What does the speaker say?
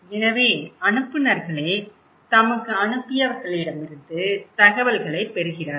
எனவே அனுப்புநர்களே தமக்கு அனுப்பியவர்களிடமிருந்து தகவல்களைப் பெறுகிறார்கள்